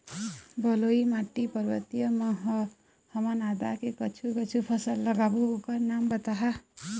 बलुई माटी पर्वतीय म ह हमन आदा के कुछू कछु फसल लगाबो ओकर नाम बताहा?